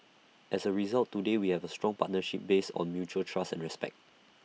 as A result today we have A strong partnership based on mutual trust and respect